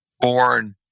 born